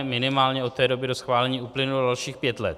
Minimálně od té doby do schválení uplynulo dalších pět let.